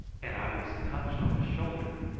and i was touched on the shoulder.